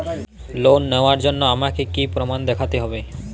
Loan নেওয়ার জন্য আমাকে কী কী প্রমাণ দেখতে হবে?